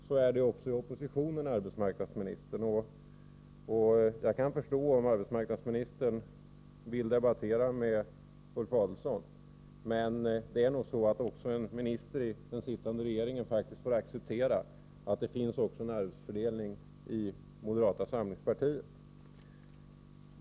Så är det också i oppositionen, arbetsmarknadsministern. Jag kan positionen förstå om arbetsmarknadsministern vill debattera med Ulf Adelsohn, men också en minister i den sittande regeringen får faktiskt acceptera att det finns en arbetsfördelning även i moderata samlingspartiet.